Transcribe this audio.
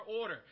order